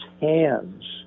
hands